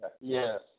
Yes